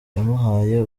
yamuhaye